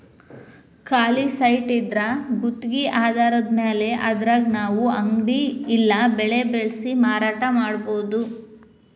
ಖಾಲಿ ಸೈಟಿದ್ರಾ ಗುತ್ಗಿ ಆಧಾರದ್ಮ್ಯಾಲೆ ಅದ್ರಾಗ್ ನಾವು ಅಂಗಡಿ ಇಲ್ಲಾ ಬೆಳೆ ಬೆಳ್ಸಿ ಮಾರಾಟಾ ಮಾಡ್ಬೊದು